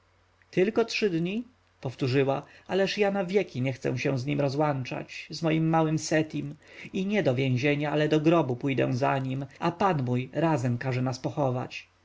tylko trzy dni powtórzyła ależ ja na wieki nie chcę się z nim rozłączać z moim małym setim i nie do więzienia ale do grobu pójdę za nim a pan mój razem każe nas pochować